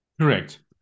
correct